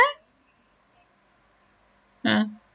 mm